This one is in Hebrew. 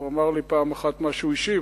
הוא אמר לי פעם אחת משהו אישי,